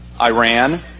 Iran